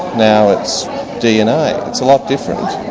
now it's dna, it's a lot different,